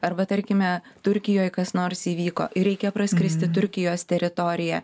arba tarkime turkijoj kas nors įvyko ir reikia praskristi turkijos teritoriją